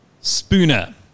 spooner